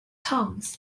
tongues